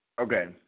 Okay